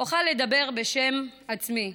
אוכל לדבר בשם עצמי.